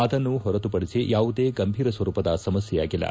ಅದನ್ನು ಹೊರತುಪಡಿಸಿ ಯಾವುದೇ ಗಂಭೀರ ಸ್ತರೂಪದ ಸಮಸ್ನೆಯಾಗಿಲ್ಲ